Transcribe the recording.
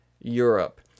Europe